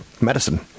medicine